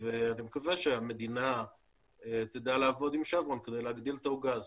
ואני מקווה שהמדינה תדע לעבוד עם שברון כדי להגדיל את העוגה הזו.